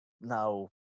now